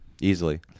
easily